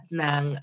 ng